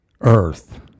earth